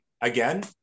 again